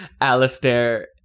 Alistair